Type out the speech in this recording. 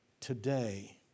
today